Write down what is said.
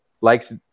likes